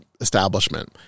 establishment